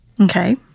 okay